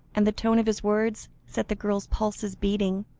and the tone of his words, set the girl's pulses beating,